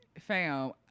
Fam